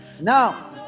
Now